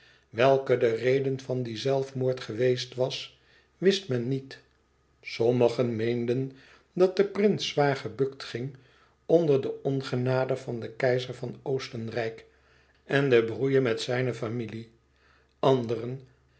welke de reden van dien zelfmoord geweest was wist men niet sommigen meenden dat de prins zwaar gebukt ging onder de ongenade van den keizer van oostenrijk en de brouille met zijne familie